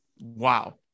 wow